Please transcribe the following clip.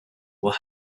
will